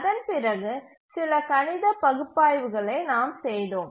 அதன்பிறகு சில கணித பகுப்பாய்வுகளை நாம் செய்தோம்